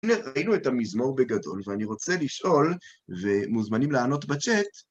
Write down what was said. הנה ראינו את המזמור בגדול, ואני רוצה לשאול, ומוזמנים לענות בצ'אט,